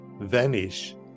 vanish